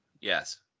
yes